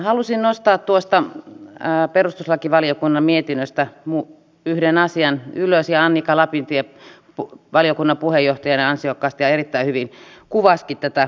halusin nostaa tuosta perustuslakivaliokunnan mietinnöstä yhden asian ylös ja annika lapintie valiokunnan puheenjohtajana ansiokkaasti ja erittäin hyvin kuvasikin tätä tilannetta